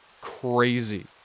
crazy